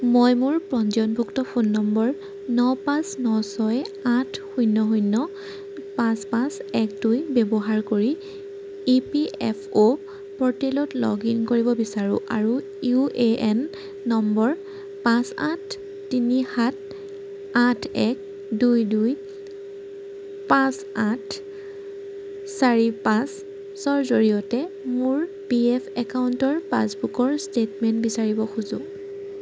মই মোৰ পঞ্জীয়নভুক্ত ফোন নম্বৰ ন পাঁচ ন ছয় আঠ শূন্য শূন্য পাঁচ পাঁচ এক দুই ব্যৱহাৰ কৰি ই পি এফ অ' প'ৰ্টেলত লগ ইন কৰিব বিচাৰোঁ আৰু ইউ এ এন নম্বৰ পাঁচ আঠ তিনি সাত আঠ এক দুই দুই পাঁচ আঠ চাৰি পাঁচৰ জৰিয়তে মোৰ পি এফ একাউণ্টৰ পাছবুকৰ ষ্টেটমেণ্ট বিচাৰিব খোজোঁ